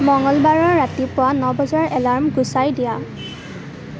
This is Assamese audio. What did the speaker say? মঙলবাৰৰ ৰাতিপুৱা ন বজাৰ এলাৰ্ম গুচাই দিয়া